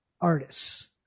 artists